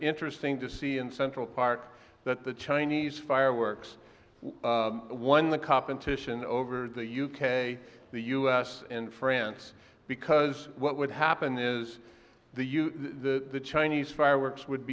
interesting to see in central park that the chinese fireworks won the competition over the u k the u s and france because what would happen is the huge the chinese fireworks would